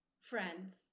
friends